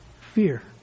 fear